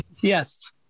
Yes